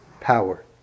power